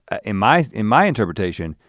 ah in my in my interpretation,